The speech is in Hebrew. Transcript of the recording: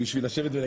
ואני